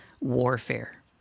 warfare